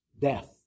death